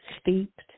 steeped